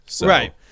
Right